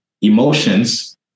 emotions